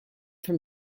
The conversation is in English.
from